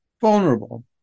vulnerable